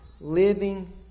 living